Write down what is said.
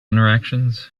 interactions